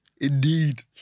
indeed